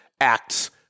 acts